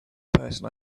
person